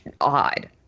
odd